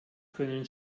können